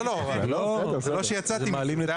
זה לא שיצאתי מזה; זוהי המציאות.